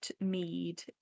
mead